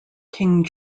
king